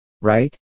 right